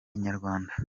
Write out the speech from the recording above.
inyarwanda